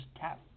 tap